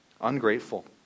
ungrateful